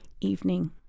evening